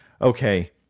okay